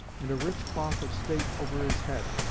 and a rich cloth of state over his head,